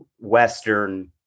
Western